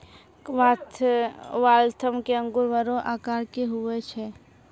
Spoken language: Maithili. वाल्थम के अंगूर बड़ो आकार के हुवै छै